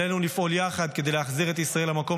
עלינו לפעול יחד כדי להחזיר את ישראל למקום